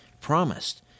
promised